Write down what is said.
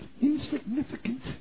Insignificant